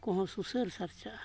ᱠᱚᱦᱚᱸ ᱥᱩᱥᱟᱹᱨ ᱥᱟᱨᱪᱟᱜᱼᱟ